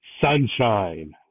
Sunshine